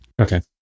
Okay